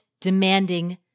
demanding